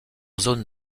zone